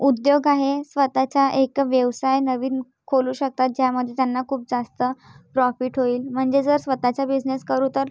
उद्योग आहे स्वतःचा एक व्यवसाय नवीन खोलू शकतात ज्यामध्ये त्यांना खूप जास्त प्रॉफिट होईल म्हणजे जर स्वतःचा बिजनेस करू तर